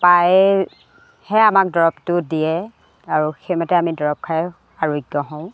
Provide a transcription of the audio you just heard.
পাই হে আমাক দৰৱটো দিয়ে আৰু সেইমতে আমি দৰৱ খাই আৰোগ্য হওঁ